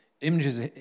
images